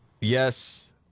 Yes